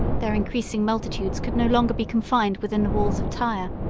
their increasing multitudes could no longer be confined within the walls of tyre,